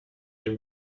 den